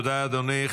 תודה, אדוני.